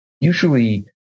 usually